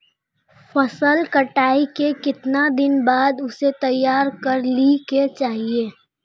फसल कटाई के कीतना दिन बाद उसे तैयार कर ली के चाहिए?